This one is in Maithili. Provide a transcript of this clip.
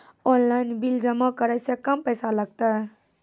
ऑनलाइन बिल जमा करै से कम पैसा लागतै?